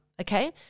okay